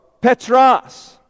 Petras